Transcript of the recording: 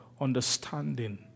understanding